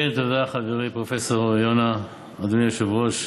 כן, תודה, חברי פרופ' יונה, אדוני היושב-ראש.